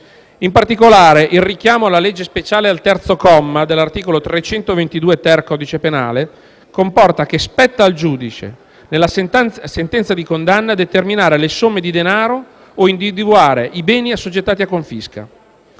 In particolare, il richiamo alla legge speciale al terzo comma dell'articolo 322-*ter* del codice penale comporta che spetti al giudice, nella sentenza di condanna, determinare le somme di denaro o individuare i beni assoggettati a confisca.